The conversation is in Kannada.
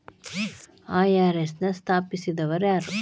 ಐ.ಆರ್.ಎಸ್ ನ ಸ್ಥಾಪಿಸಿದೊರ್ಯಾರು?